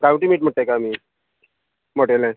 गांवठी मीट म्हुणटा ताका आमी मोटेले